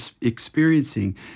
experiencing